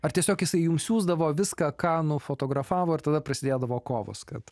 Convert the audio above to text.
ar tiesiog jisai jum siųsdavo viską ką nufotografavo ir tada prasidėdavo kovos kad